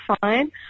fine